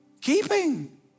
keeping